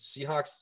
Seahawks